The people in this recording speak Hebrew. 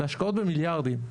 זה השקעות במיליארדים.